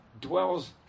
dwells